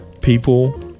people